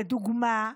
לדוגמה,